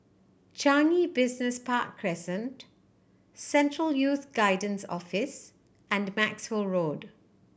Changi Business Park Crescent Central Youth Guidance Office and Maxwell Road